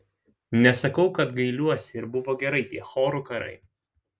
nesakau kad gailiuosi ir buvo gerai tie chorų karai